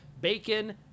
bacon